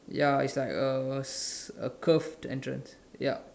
ya it's like uh a curved entrance yup